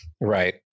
right